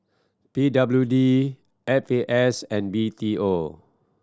P W D F A S and B T O